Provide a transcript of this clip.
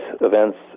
events